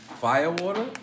Firewater